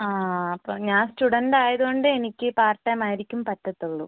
ആ അപ്പോള് ഞാൻ സ്റ്റുഡൻ്റ് ആയതുകൊണ്ട് എനിക്ക് പാർട്ട് ടൈം ആയിരിക്കും പറ്റത്തുള്ളൂ